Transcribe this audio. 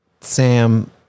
Sam